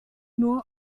nur